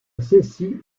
cecy